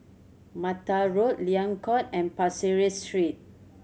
Mata Road Liang Court and Pasir Ris Street